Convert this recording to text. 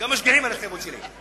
גם משגיחים על ההתחייבות שלי.